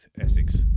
Essex